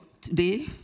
today